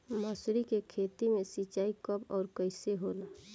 मसुरी के खेती में सिंचाई कब और कैसे होला?